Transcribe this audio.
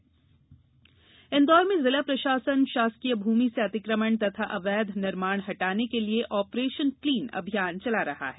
clean अभियान इंदौर में जिला प्रशासन शासकीय भूमि से अतिक्रमण तथा अवैध निर्माण हटाने के लिये ऑपरेशन क्लीन अभियान चला रहा है